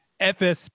FSP